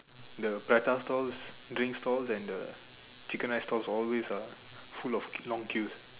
the prata stalls drink stalls and the chicken rice stalls always ah full of long queue